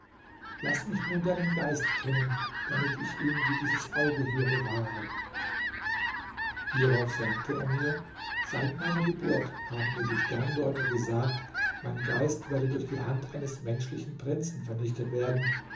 laß mich nun deinen geist kennen damit ich ihn wie dieses auge hier bewahre hierauf sagte er mir seit meiner geburt haben mir die sterndeuter gesagt mein geist werde durch die hand eines menschlichen prinzen vernichtet werden